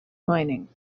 mining